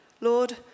Lord